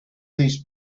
these